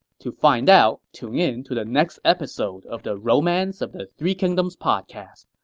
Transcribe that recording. to find out, tune in to the next episode of the romance of the three kingdoms podcast.